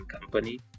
company